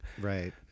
Right